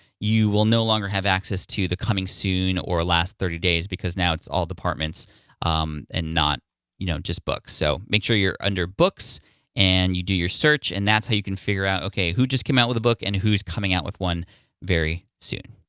you will no longer have access to the coming soon or last thirty days, because now it's all departments um and not you know just books, so make sure you're under books and you do your search and that's how you can figure out, okay, who just came out with a book and who's coming out with one very soon.